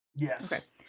Yes